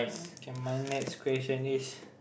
okay my next question is